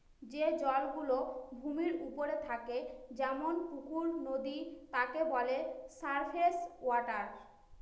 যে জল গুলো ভূমির ওপরে থাকে যেমন পুকুর, নদী তাকে বলে সারফেস ওয়াটার